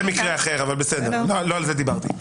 זה מקרה אחר, לא על זה דיברתי.